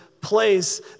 place